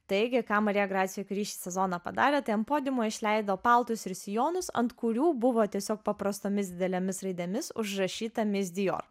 taigi ką marija gracija kiuri šį sezoną padarė tai ant podiumo išleido paltus ir sijonus ant kurių buvo tiesiog paprastomis didelėmis raidėmis užrašyta mis dior